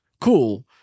cool